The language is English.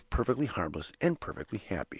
he is perfectly harmless, and perfectly happy.